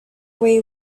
way